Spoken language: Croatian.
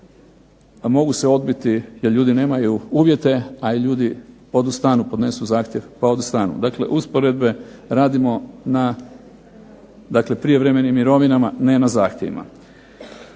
a mogu se odbiti jer ljudi nemaju uvjete, a ljudi podnesu zahtjev pa odustanu. Dakle, usporedbe radimo na dakle prijevremenim mirovinama ne na zahtjevima.